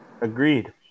Agreed